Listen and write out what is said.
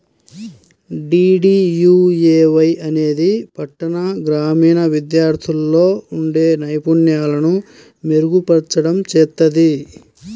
DDUAY అనేది పట్టణ, గ్రామీణ విద్యార్థుల్లో ఉండే నైపుణ్యాలను మెరుగుపర్చడం చేత్తది